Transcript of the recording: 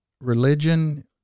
religion